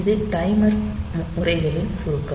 இது டைமர் முறைகளின் சுருக்கம்